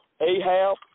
Ahab